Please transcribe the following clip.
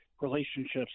relationships